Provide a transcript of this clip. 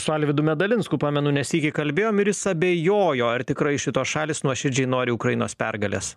su alvydu medalinsku pamenu ne sykį kalbėjom ir jis abejojo ar tikrai šitos šalys nuoširdžiai nori ukrainos pergalės